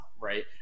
right